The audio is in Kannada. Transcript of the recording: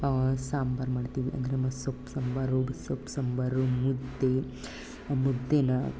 ಸಾಂಬಾರು ಮಾಡ್ತೀವಿ ಅಂದರೆ ಸೊಪ್ಪು ಸಾಂಬಾರು ಸೊಪ್ಪು ಸಾಂಬಾರೂ ಮುದ್ದೆ ಮುದ್ದೆನಾ